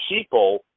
people